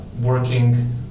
working